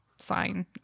sign